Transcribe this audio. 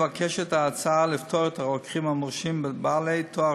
ההצעה מבקשת לפטור את הרוקחים המורשים בעלי תואר